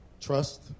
trust